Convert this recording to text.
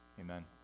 Amen